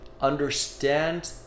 understand